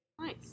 Nice